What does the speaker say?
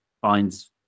finds